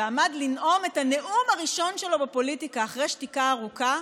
ועמד לנאום את הנאום הראשון שלו בפוליטיקה אחרי שתיקה ארוכה,